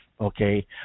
Okay